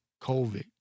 COVID